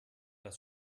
das